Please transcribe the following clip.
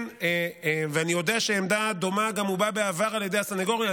אני יודע שעמדה דומה גם הובעה בעבר על ידי הסנגוריה,